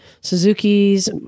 Suzuki's